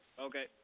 Okay